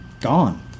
gone